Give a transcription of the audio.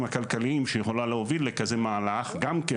הכלכליים שהיא יכולה להוביל לכזה מהלך וגם כן,